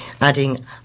adding